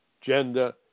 gender